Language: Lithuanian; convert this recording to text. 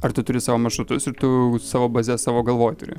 ar tu turi savo maršrutus ir tu savo bazes savo galvoj turi